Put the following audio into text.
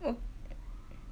oh